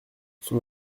son